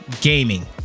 gaming